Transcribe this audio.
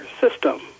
system